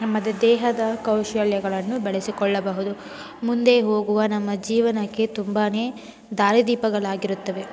ನಮ್ಮ ದೇಹದ ಕೌಶಲ್ಯಗಳನ್ನು ಬೆಳೆಸಿಕೊಳ್ಳಬಹುದು ಮುಂದೆ ಹೋಗುವ ನಮ್ಮ ಜೀವನಕ್ಕೆ ತುಂಬಾ ದಾರಿ ದೀಪಗಳಾಗಿರುತ್ತವೆ